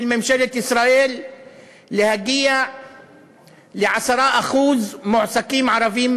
ממשלת ישראל להגיע ל-10% מועסקים ערבים